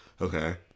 Okay